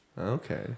Okay